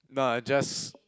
no I just